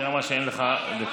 המזכירה אמרה שאין לך דקות.